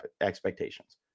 expectations